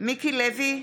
מיקי לוי,